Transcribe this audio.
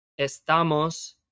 Estamos